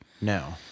no